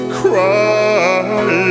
cry